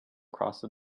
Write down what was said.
crossed